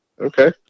Okay